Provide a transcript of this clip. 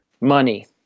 Money